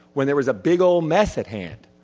when there was a big ol' mess at hand.